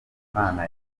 imana